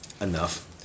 Enough